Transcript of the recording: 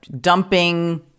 dumping